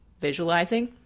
visualizing